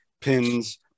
Pins